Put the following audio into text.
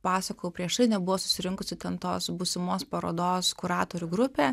pasakojau prieš tai nebuvo susirinkusi ten tos būsimos parodos kuratorių grupė